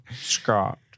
Scott